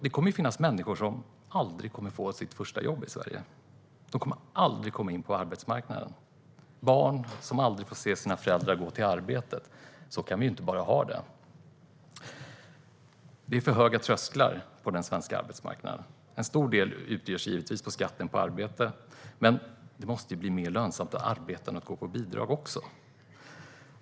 Det kommer att finnas människor som aldrig får sitt första jobb i Sverige, som aldrig kommer in på arbetsmarknaden, och barn som aldrig får se sina föräldrar gå till arbetet. Så kan vi bara inte ha det. Det är för höga trösklar in på den svenska arbetsmarknaden. En stor del utgörs givetvis av skatten på arbete, men det måste också bli mer lönsamt att arbeta än att gå på bidrag.